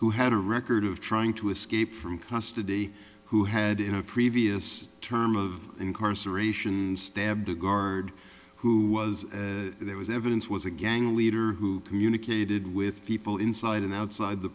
who had a record of trying to escape from custody who had in a previous term of incarceration stabbed a guard who was there was evidence was a gang leader who communicated with people inside and outside the